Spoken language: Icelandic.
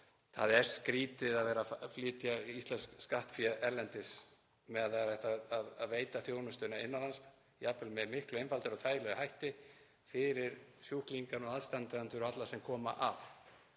Það er skrýtið að vera að flytja íslenskt skattfé erlendis meðan það er hægt að veita þjónustuna innan lands, jafnvel með miklu einfaldari og þægilegri hætti fyrir sjúklinga, aðstandendur og alla sem koma að.